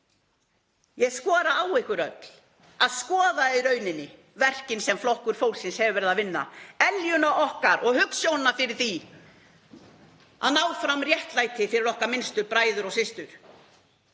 Ég skora á ykkur öll að skoða verkin sem Flokkur fólksins hefur verið að vinna, eljuna okkar og hugsjónina fyrir því að ná fram réttlæti fyrir okkar minnstu bræður og systur.